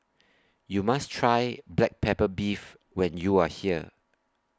YOU must Try Black Pepper Beef when YOU Are here